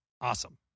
awesome